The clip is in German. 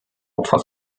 opfer